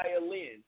violin